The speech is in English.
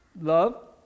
Love